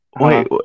wait